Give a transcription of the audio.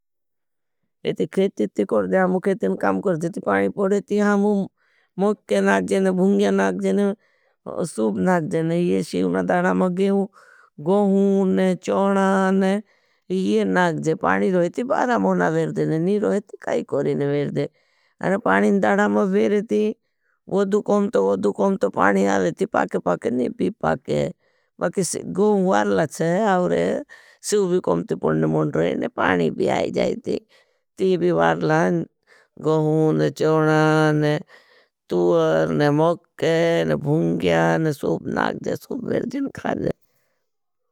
अपका खेती करते हैं, अपका खेती काम करते हैं, पानी पड़ते हैं, मक्के नागते हैं, भुंग्या नागते हैं। सूब नागते हैं, शिवना दाड़ा में गहुं, चोणा नागते हैं, पानी रहते हैं, बारा महना वेरते हैं, नहीं रहते हैं। काई करें वेर दे और में पानी दाड़ा रह ति, वहत्तुं सभुत पंतु पानी बाता पर ढऽती ती फकत। नहीं हर्रतीं फकत कें, कोह वै चार्म ही चारचण बाते हैं। शिवन मावन पुन्द हरे फृद और पानी थूळा रखें ती भी वार लान गहून, चोणान, तूरन, मोकन, भुंग्यान, सूप नागज़े, सूप वेरजिन खाज़े।